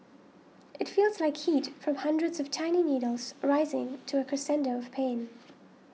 it feels like heat from hundreds of tiny needles rising to a crescendo of pain